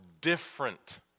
different